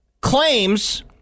claims